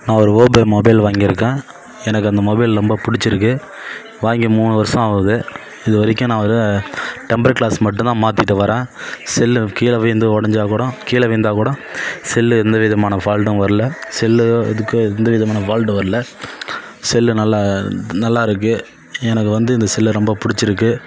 நான் ஒரு Oppo mobile வாங்கியிருக்கேன் எனக்கு அந்த மொபைல் ரொம்ப பிடிச்சிருக்கு வாங்கி மூணு வர்ஷம் ஆகுது இது வரைக்கும் நான் டெம்பர் க்ளாஸ் மட்டுந்தான் மாத்திகிட்டு வரேன் செல் கீழ விழுந்து உடஞ்சா கூடோ கீழ விழுந்தால் கூட செல் எந்த விதமான ஃபால்ட்டும் வரல செல் இதுக்கு எந்த விதமான ஃபால்ட்டும் வரல செல் நல்லா நல்லாயிருக்கு எனக்கு வந்து இந்த செல்ல ரொம்ப பிடிச்சிருக்கு